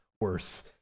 worse